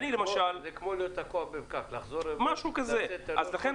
זה כמו להיות תקוע בפקק: לחזור רברס לצאת אתה לא יכול,